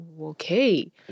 Okay